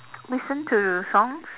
listen to songs